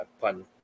fun